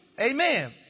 Amen